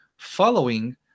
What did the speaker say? following